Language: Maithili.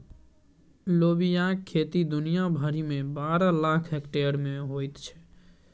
लोबियाक खेती दुनिया भरिमे बारह लाख हेक्टेयर मे होइत छै